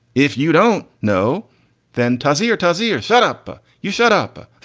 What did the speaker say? if you don't know then tarsier, tarsier shut up, you shut up.